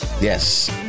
Yes